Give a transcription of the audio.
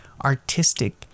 artistic